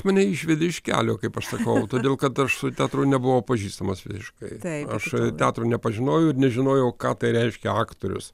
mane išvedė iš kelio kaip aš sakau todėl kad aš su teatru nebuvau pažįstamas visiškai aš teatro nepažinojau ir nežinojau ką tai reiškia aktorius